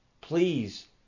Please